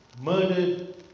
murdered